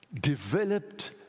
developed